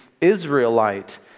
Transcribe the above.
Israelite